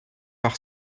par